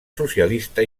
socialista